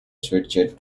switched